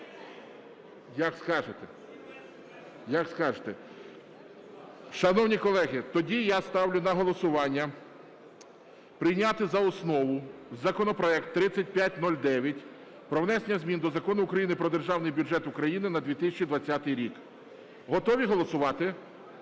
А? Як скажете. Шановні колеги, тоді я ставлю на голосування прийняти за основу законопроект 3509 про внесення змін до Закону України "Про Державний бюджет України на 2020 рік". Готові голосувати?